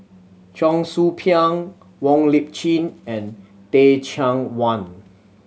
Cheong Soo Pieng Wong Lip Chin and Teh Cheang Wan